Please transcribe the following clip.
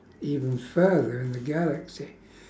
even further in the galaxy